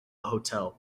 hotel